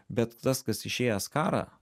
bet tas kas išėjęs karą